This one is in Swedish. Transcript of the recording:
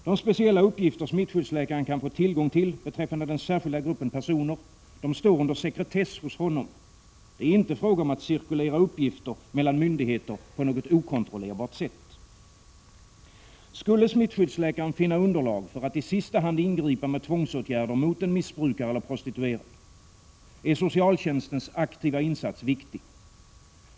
De speciella uppgifter smittskyddsläkaren kan få tillgång till beträffande den särskilda gruppen personer står under sekretess hos honom. Det är inte fråga om att cirkulera uppgifter mellan myndigheter på något okontrollerbart sätt. Skulle smittskyddsläkaren finna underlag för att i sista hand ingripa med tvångsåtgärder mot en missbrukare eller prostituerad, är socialtjänstens aktiva insats viktig.